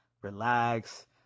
relax